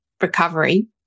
recovery